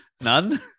None